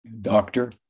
Doctor